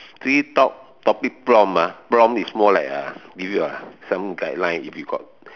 free top~ topic prompt ah prompt is more like a give you a some guideline if you got